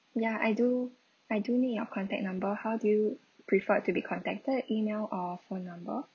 ya I do I do need your contact number how do you prefer to be contacted email or phone number